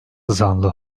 zanlı